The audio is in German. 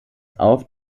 auf